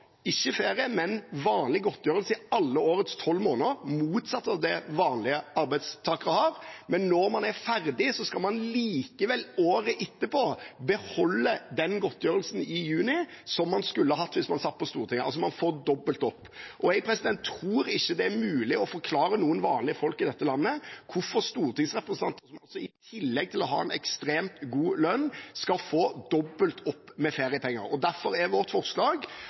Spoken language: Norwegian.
ikke ferie, men vanlig godtgjørelse i alle årets tolv måneder – det motsatte av det vanlige arbeidstakere har – men når man er ferdig, skal man likevel året etter beholde den godtgjørelsen i juni som man skulle hatt hvis man satt på Stortinget. Man får altså dobbelt opp. Jeg tror ikke det er mulig å forklare noen vanlige folk i dette landet hvorfor stortingsrepresentanter, som i tillegg til å ha en ekstremt god lønn, skal få dobbelt opp med feriepenger. Derfor er vårt forslag